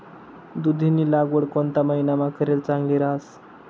दुधीनी लागवड कोणता महिनामा करेल चांगली रहास